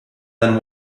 than